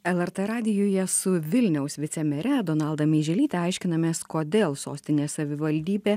lrt radijuje su vilniaus vicemere donalda meiželyte aiškinamės kodėl sostinės savivaldybė